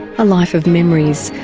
a life of memories,